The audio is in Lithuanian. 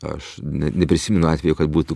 aš ne neprisimenu atvejo kad būtų